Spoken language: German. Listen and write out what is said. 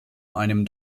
einem